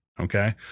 Okay